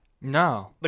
No